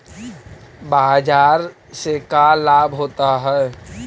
बाजार से का लाभ होता है?